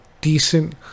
decent